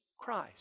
Christ